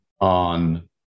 on